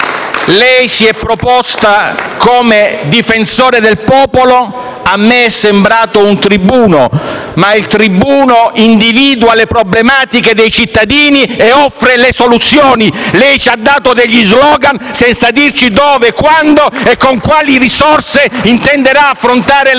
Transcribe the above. Lei si è proposto come difensore del popolo. A me è sembrato un tribuno, ma il tribuno individua le problematiche dei cittadini e offre le soluzioni. Lei ci ha dato degli *slogan* senza dirci dove, quando e con quali risorse intenderà affrontare le